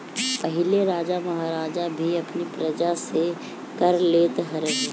पहिले राजा महाराजा भी अपनी प्रजा से कर लेत रहे